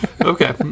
Okay